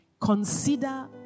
consider